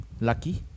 lucky